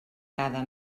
cada